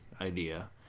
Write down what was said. idea